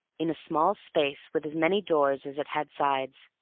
in a small space with as many doors as it had sides.